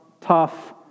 tough